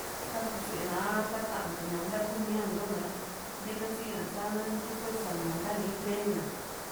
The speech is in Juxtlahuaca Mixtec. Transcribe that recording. ta kau sée na a taanté na ntakú mia nto´na ra ntéka sii na sá ntu kuesa ná ntáni ntée ná